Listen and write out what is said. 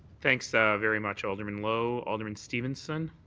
thanks so very much, alderman lowe. alderman stevenson?